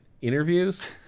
interviews